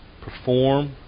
perform